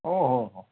ઓહોહો